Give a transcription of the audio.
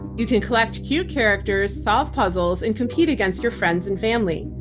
you can collect cute characters, solve puzzles and compete against your friends and family.